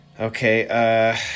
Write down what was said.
Okay